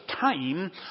time